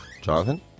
Jonathan